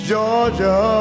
Georgia